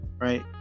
right